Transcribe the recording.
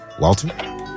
Walton